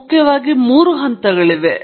ಮುಖ್ಯವಾಗಿ ನಿಮಗೆ ಮೂರು ಹಂತಗಳಿವೆ